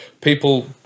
people